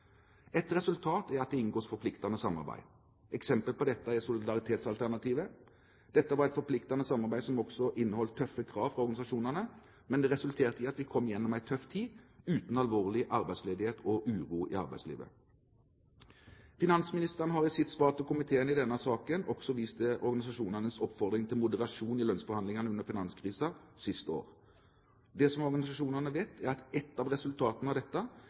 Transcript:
Et resultat er at det inngås forpliktende samarbeid. Et eksempel på dette er solidaritetsalternativet. Dette var et forpliktende samarbeid som også innholdt tøffe krav fra organisasjonene, men det resulterte i at vi kom gjennom en tøff tid uten alvorlig arbeidsledighet og uro i arbeidslivet. Finansministeren har i sitt svar til komiteen i denne saken også vist til organisasjonenes oppfordring til moderasjon i lønnsforhandlingene under finanskrisen siste år. Det organisasjonene vet, er at et av resultatene av dette